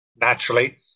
naturally